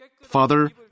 Father